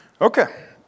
Okay